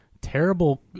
terrible